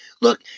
look